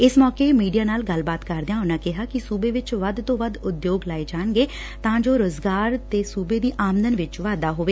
ਇਸ ਮੌਕੇ ਮੀਡੀਆ ਨਾਲ ਗੱਲਬਾਤ ਕਰਦਿਆਂ ਉਨੂਾਂ ਕਿਹਾ ਕਿ ਸੁਬੇ ਚ ਵੱਧ ਤੋ ਵੱਧ ਉਦਯੋਗ ਲਾਏ ਜਾਣਗੇ ਤਾ ਜੋ ਰੁਜਗਾਰ ਤੇ ਸੂਬੇ ਦੀ ਆਮਦਨ ਚ ਵਾਧਾ ਹੋਵੇ